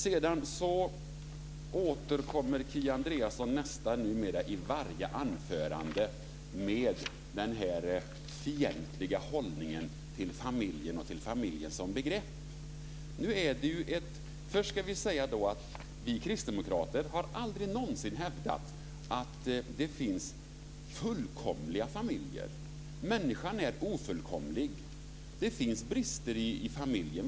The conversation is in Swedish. Sedan återkommer Kia Andreasson numera nästan i varje anförande till den här fientliga hållningen till familjen och till familjen som begrepp. Först ska jag säga att vi kristdemokrater aldrig någonsin har hävdat att det finns fullkomliga familjer. Människan är ofullkomlig. Det finns brister i familjen.